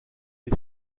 est